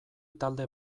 talde